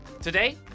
Today